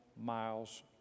miles